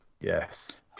yes